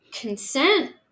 consent